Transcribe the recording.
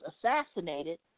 assassinated